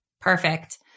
Perfect